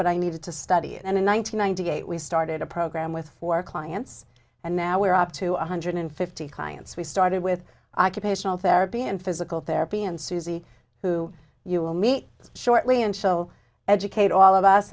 but i needed to study and in one thousand nine hundred eight we started a program with four clients and now we're up to a hundred and fifty clients we started with occupational therapy and physical therapy and susie who you will meet shortly and she'll educate all of us